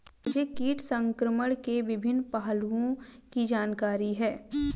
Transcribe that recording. मुझे कीट संक्रमण के विभिन्न पहलुओं की जानकारी है